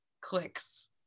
clicks